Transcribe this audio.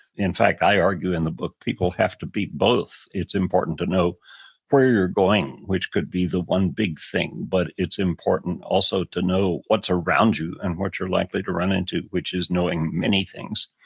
in fact, i argue in the book, people have to be both. it's important to know where you're going, which could be the one big thing, but it's important also to know what's around you and what you're likely to run into, which is knowing many things.